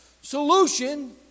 solution